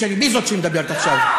מי זו שמדברת עכשיו?